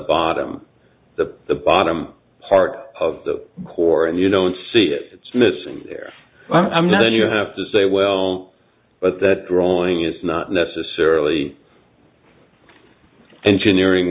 bottom the the bottom part of the core and you don't see it's missing there i mean you have to say well but that drawing is not necessarily engineering